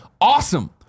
awesome